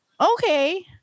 okay